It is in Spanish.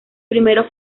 primero